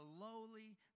lowly